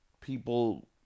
People